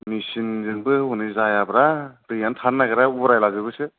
मिसिनजोंबो हनै जायाब्रा दैयानो थानो नागिरा उरायलाजोबोसो